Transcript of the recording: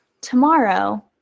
tomorrow